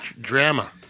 drama